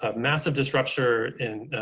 ah massive disrupture, and